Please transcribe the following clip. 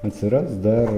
atsiras dar